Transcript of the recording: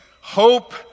Hope